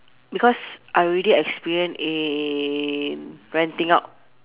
because I already experienced in renting out